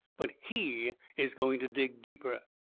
but he is going to dig deeper.